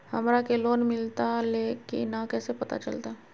हमरा के लोन मिलता ले की न कैसे पता चलते?